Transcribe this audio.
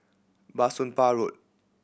Bah Soon Pah Road